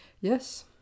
Yes